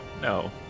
no